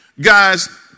guys